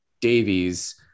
Davies